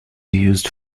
used